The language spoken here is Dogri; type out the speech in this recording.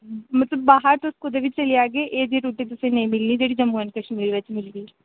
मतलब बाह्र तुस कुतै बी चली जाह्गे एह् जेही रुट्टी तुसें'ईं कुतै नि मिलने जेह्ड़ी जम्मू एंड कश्मीर बिच्च मिलदी